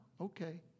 okay